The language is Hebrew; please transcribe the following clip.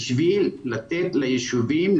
בשביל לתת ליישובים,